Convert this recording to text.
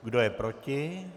Kdo je proti?